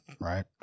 Right